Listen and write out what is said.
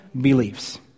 beliefs